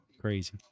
Crazy